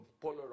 polar